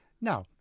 Now